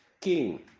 king